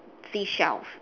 seashell